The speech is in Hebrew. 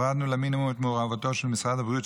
הורדנו למינימום את מעורבותו של משרד הבריאות,